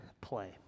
play